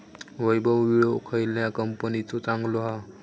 वैभव विळो खयल्या कंपनीचो चांगलो हा?